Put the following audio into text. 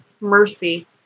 mercy